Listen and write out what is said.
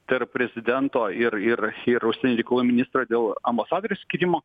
tarp prezidento ir ir ir užsienio reikalų ministrą dėl ambasadoriaus skyrimo